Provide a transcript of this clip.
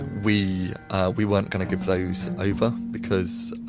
we we weren't going to give those over, because